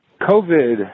COVID